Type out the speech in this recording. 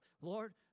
Lord